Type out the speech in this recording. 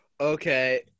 Okay